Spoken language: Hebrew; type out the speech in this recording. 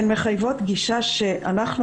הן מחייבות גישה שאנחנו,